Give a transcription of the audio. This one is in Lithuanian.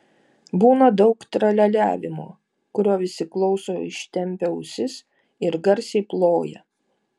būna daug tralialiavimo kurio visi klauso ištempę ausis ir garsiai ploja